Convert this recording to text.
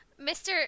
Mr